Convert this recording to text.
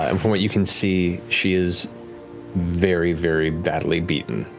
um from what you can see, she is very, very badly beaten.